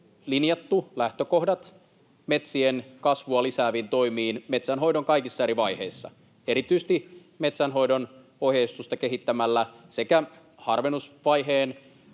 linjattu lähtökohdat metsien kasvua lisääviin toimiin metsänhoidon kaikissa eri vaiheissa: erityisesti metsänhoidon ohjeistusta kehittämällä sekä harvennusvaiheen